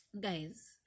Guys